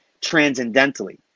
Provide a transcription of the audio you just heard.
transcendentally